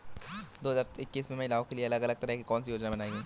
दो हजार इक्कीस में महिलाओं के लिए अलग तरह की कौन सी योजना बनाई गई है?